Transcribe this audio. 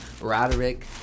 Roderick